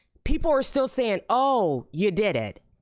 people are still saying, oh, you did it.